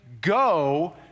go